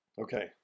Okay